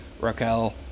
Raquel